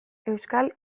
euskal